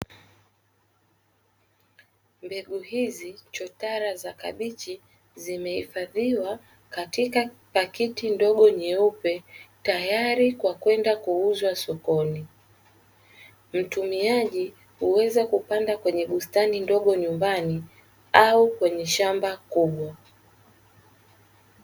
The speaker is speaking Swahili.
Mbegu hizi chotara za kabichi zimehifadhiwa katika pakiti ndogo nyeupe tayari kwa kwenda kuuzwa sokoni. Mtumiaji huweza kupanda kwenye bustani ndogo nyumbani au kwenye shamba kubwa.